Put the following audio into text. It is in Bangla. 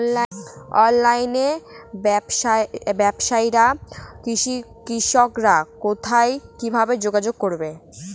অনলাইনে ব্যবসায় কৃষকরা কোথায় কিভাবে যোগাযোগ করবে?